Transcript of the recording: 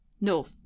No